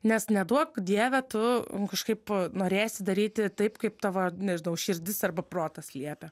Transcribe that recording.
nes neduok dieve tu kažkaip norėsi daryti taip kaip tavo nežinau širdis arba protas liepia